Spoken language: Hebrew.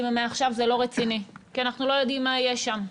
מעכשיו זה לא רציני כי אנחנו לא יודעים מה יהיה שם,